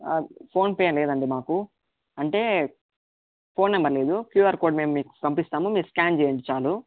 ఆ ఫోన్పే లేదండి మాకు అంటే ఫోన్ నెంబర్ లేదు క్యూఆర్ కోడ్ మేము మీకు పంపిస్తాము మీరు స్కాన్ చెయ్యండి చాలు